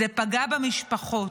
זה פגע במשפחות.